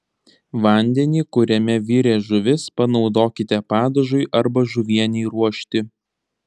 vandenį kuriame virė žuvis panaudokite padažui arba žuvienei ruošti